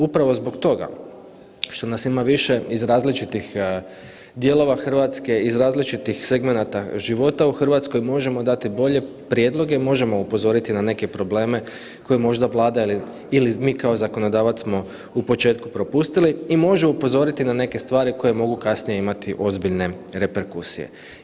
Upravo zbog toga što nas ima više iz različitih dijelova Hrvatske, iz različitih segmenata života u Hrvatskoj, možemo dati bolje prijedloge, možemo upozoriti na neke probleme koje možda Vlada ili mi kao zakonodavac smo u početku propustili i može upozoriti na neke stvari koje mogu kasnije imati ozbiljne reperkusije.